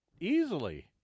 easily